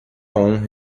honra